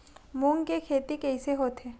मूंग के खेती कइसे होथे?